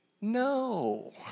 No